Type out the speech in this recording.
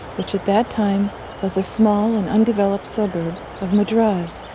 which at that time was a small and undeveloped suburb of madras,